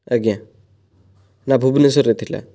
ଆଜ୍ଞା ନା ଭୁବନେଶ୍ୱରରେ ଥିଲା